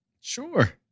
Sure